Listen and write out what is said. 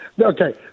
Okay